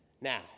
now